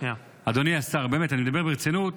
אדוני השר, אני מדבר ברצינות.